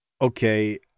Okay